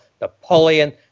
Napoleon